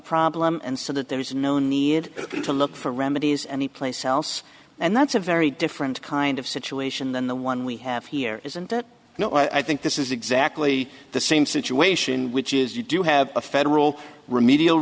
problem and so that there is no need to look for remedies any place else and that's a very different kind of situation than the one we have here isn't it you know i think this is exactly the same situation which is you do have a federal remedial